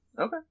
okay